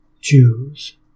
Jews